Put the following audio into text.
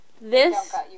this-